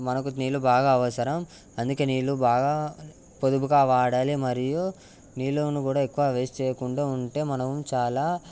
మనకు నీళ్ళు బాగా అవసరం అందుకే నీళ్ళు బాగా పొదుపుగా వాడాలి మరియు నీళ్ళని కూడా ఎక్కువ వేస్ట్ చేయకుండా ఉంటే మనం చాలా